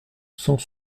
cent